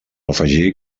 afegir